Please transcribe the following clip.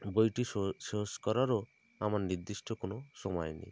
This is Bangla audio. বইটি শেষ করারও আমার নির্দিষ্ট কোনো সময় নেই